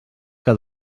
que